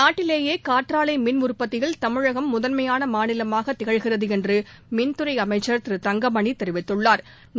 நாட்டிலேயே காற்றாலை மின்உற்பத்தியில் தமிழகம் முதன்மையான மாநிலமாக திகழ்கிறது என்று மின்துறை அமைச்சா் திரு தங்கமணி தெரிவித்துள்ளாா்